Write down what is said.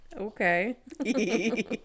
Okay